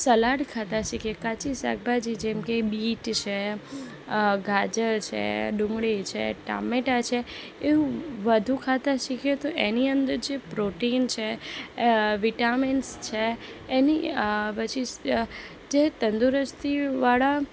salad ખાતા શીખે કાચી શાકભાજી જેમ કે બીટ છે ગાજર છે ડુંગળી છે ટામેટાં છે એવું વધુ ખાતા શીખે તો એની અંદર જે પ્રોટીન છે વિટામીન્સ છે એની પછી જે તંદુરસ્તીવાળા